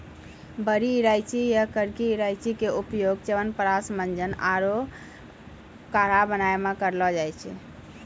बड़ी इलायची या करकी इलायची के उपयोग च्यवनप्राश, मंजन आरो काढ़ा बनाय मॅ भी करलो जाय छै